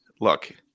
look